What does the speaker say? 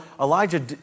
Elijah